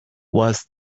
was